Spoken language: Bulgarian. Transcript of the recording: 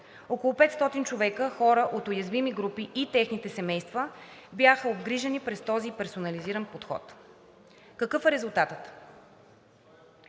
Около 500 човека, хора от уязвими групи и техните семейства, бяха обгрижени през този персонализиран подход. Какъв е резултатът?